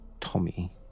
Tommy